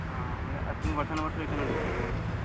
आं म्हणल्यार तूं वर्सान वर्स रोयता न्हय तें सगळें